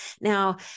Now